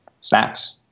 snacks